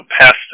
pest